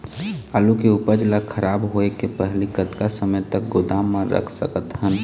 आलू के उपज ला खराब होय के पहली कतका समय तक गोदाम म रख सकत हन?